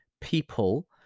people